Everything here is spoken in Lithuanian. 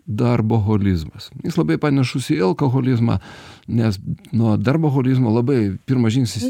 darbo holizmas jis labai panašus į alkoholizmą nes nuo darbo holizmo labai pirmas žingsnis